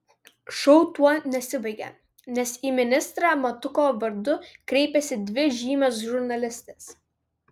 šou tuo nesibaigia nes į ministrą matuko vardu kreipiasi dvi žymios žurnalistės